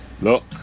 Look